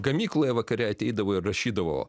gamykloje vakare ateidavo ir rašydavo